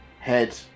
head